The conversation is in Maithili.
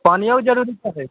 पानियो के जरूरी पड़ै छै